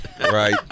right